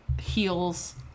heels